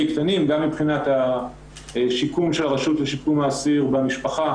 קטנים גם מבחינת השיקום של הרשות לשיקום האסיר במשפחה,